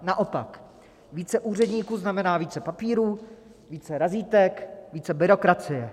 Naopak, více úředníků znamená více papíru, více razítek, více byrokracie.